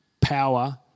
power